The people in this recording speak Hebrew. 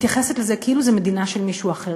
מתייחסת לזה כאילו זו מדינה של מישהו אחר,